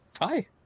hi